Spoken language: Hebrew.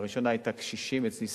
הראשונה היתה קשישים אצלי,